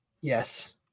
Yes